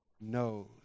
knows